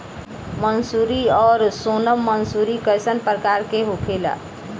मंसूरी और सोनम मंसूरी कैसन प्रकार होखे ला?